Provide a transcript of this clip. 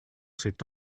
s’est